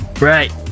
right